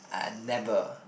I never